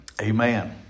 Amen